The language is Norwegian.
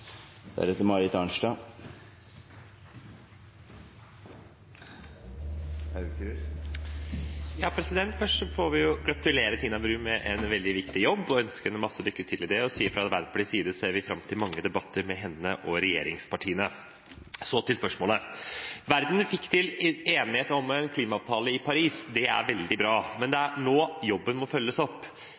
Først får vi gratulere Tina Bru med en veldig viktig jobb, ønske henne lykke til og si at fra Arbeiderpartiets side ser vi fram til mange debatter med henne og regjeringspartiene. Så til spørsmålet: Verden fikk til enighet om en klimaavtale i Paris. Det er veldig bra, men det er nå jobben må følges opp.